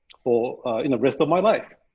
for rest of my life.